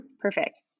Perfect